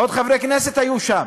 עוד חברי כנסת היו שם,